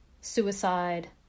suicide